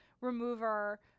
remover